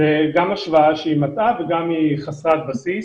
זו גם השוואה מטעה וגם חסרת בסיס.